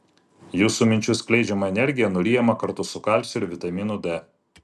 jūsų minčių skleidžiama energija nuryjama kartu su kalciu ir vitaminu d